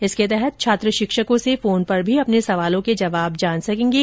इस अभियान के तहत छात्र शिक्षकों से फोन पर भी अपने सवालों के जवाब जान सकेंगे